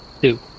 Two